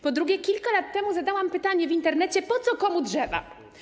Po drugie, kilka lat temu zadałam pytanie w Internecie: Po co komu drzewa?